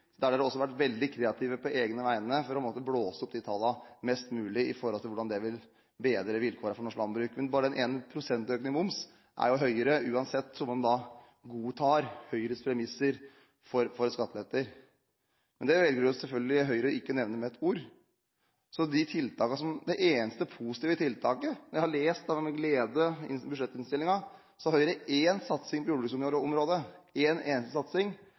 også vært veldig kreative på egne vegne for å blåse opp de tallene mest mulig når det gjelder hvordan det vil bedre vilkårene for norsk landbruk. Bare det ene prosentpoenget med økning av momsen er mer enn skattelettene, selv om man godtar Høyres premisser for skatteletter. Det velger selvfølgelig Høyre ikke å nevne med et ord. Jeg har med glede lest budsjettinnstillingen, og Høyre har én eneste